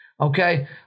Okay